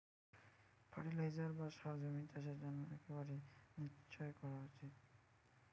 fertiliser বা সার জমির চাষের জন্য একেবারে নিশ্চই করা উচিত